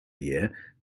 year